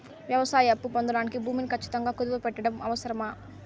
వ్యవసాయ అప్పు పొందడానికి భూమిని ఖచ్చితంగా కుదువు పెట్టడం అవసరమా?